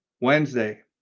Wednesday